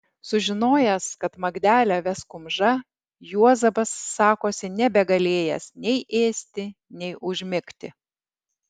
sužinojęs kad magdelę ves kumža juozapas sakosi nebegalėjęs nei ėsti nei užmigti